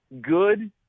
good